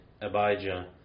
Abijah